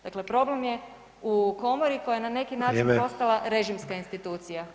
Dakle, problem je u komori koja na neki način [[Upadica Sanader: Vrijeme.]] postala režimska institucija.